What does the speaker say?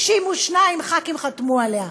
62 חברי כנסת חתמו עליה,